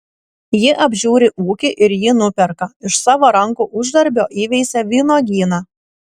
ji apžiūri ūkį ir jį nuperka iš savo rankų uždarbio įveisia vynuogyną